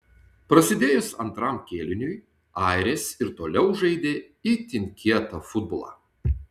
prasidėjus antram kėliniui airės ir toliau žaidė itin kietą futbolą